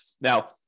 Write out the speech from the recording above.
Now